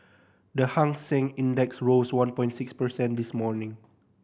the Hang Seng Index rose one point six percent this morning